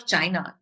China